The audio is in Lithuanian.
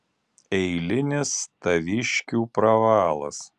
eilinis taviškių pravalas